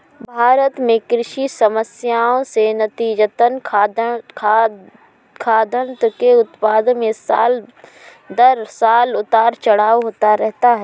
भारत में कृषि समस्याएं से नतीजतन, खाद्यान्न के उत्पादन में साल दर साल उतार चढ़ाव होता रहता है